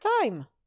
time